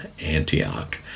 Antioch